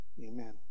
amen